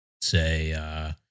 say